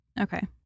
Okay